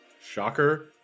shocker